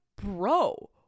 bro